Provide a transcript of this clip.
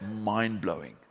mind-blowing